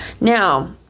Now